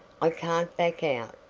i can't back out,